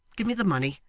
give me the money,